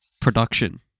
production